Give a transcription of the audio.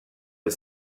les